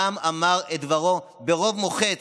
העם אמר את דברו ברוב מוחץ,